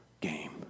game